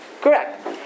Correct